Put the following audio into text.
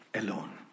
alone